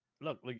Look